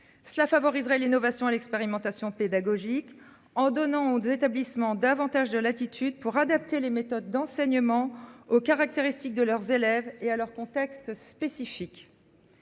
Cela favoriserait l'innovation et l'expérimentation pédagogique en donnant des établissements davantage de latitude pour adapter les méthodes d'enseignement aux caractéristiques de leurs élèves et à leurs contextes spécifiques.